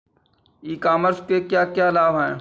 ई commerce के क्या क्या लाभ हैं?